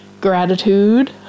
gratitude